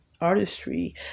artistry